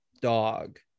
dog